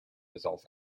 results